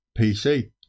PC